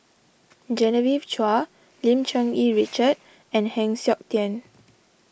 Genevieve Chua Lim Cherng Yih Richard and Heng Siok Tian